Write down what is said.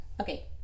Okay